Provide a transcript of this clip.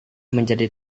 menjadi